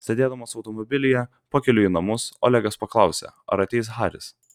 sėdėdamas automobilyje pakeliui į namus olegas paklausė ar ateis haris